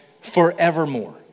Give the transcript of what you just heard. forevermore